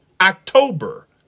October